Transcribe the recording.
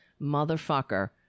motherfucker